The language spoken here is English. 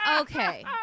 Okay